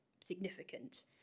significant